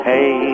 Hey